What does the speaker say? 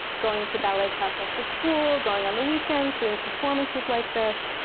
going to ballet class after school, going on the weekends, doing performances like this.